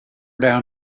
down